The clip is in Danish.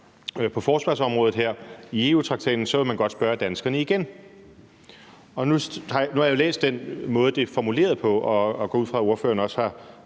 på forsvarsområdet her i EU-traktaten, vil man godt spørge danskerne igen. Nu har jeg jo læst den måde, det er formuleret på, og jeg går ud fra, at ordføreren også